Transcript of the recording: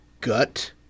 gut